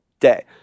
day